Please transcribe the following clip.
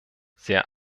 sehr